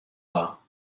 law